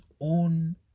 own